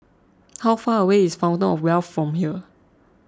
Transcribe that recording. how far away is Fountain of Wealth from here